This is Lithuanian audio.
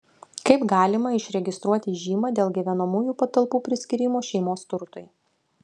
kaip galima išregistruoti žymą dėl gyvenamųjų patalpų priskyrimo šeimos turtui